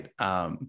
right